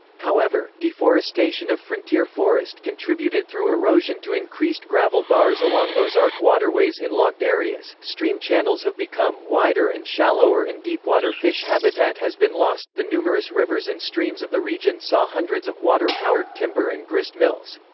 however, deforestation of frontier forest contributed through erosion to increased gravel bars along ozark waterways in logged areas stream channels have become wider and shallower and deepwater fish habitat has been lost the numerous rivers and streams of the region saw hundreds of water-powered timber and grist mills.